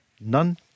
None